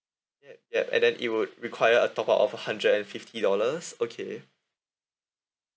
yup yup and then it would require a top up of a hundred and fifty dollars okay